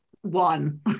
One